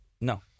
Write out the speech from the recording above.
No